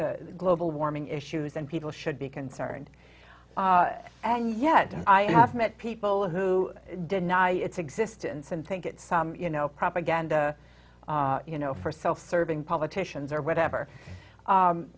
global warming issues and people should be concerned and yet i have met people who deny its existence and take it some you know propaganda you know for self serving politicians or whatever